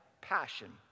passion